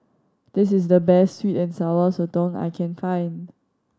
this is the best sweet and Sour Sotong I can find